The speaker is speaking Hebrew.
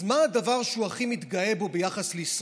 אז מה הדבר שהוא הכי מתגאה בו ביחס לישראל?